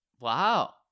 Wow